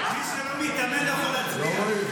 מי שלא מתאמן לא יכול להצביע.